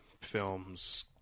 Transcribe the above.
films